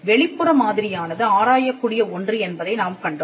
வெளிப்புற மாதிரியானது ஆராயக் கூடிய ஒன்று என்பதை நாம் கண்டோம்